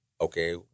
okay